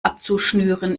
abzuschnüren